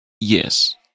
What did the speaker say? Yes